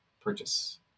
purchase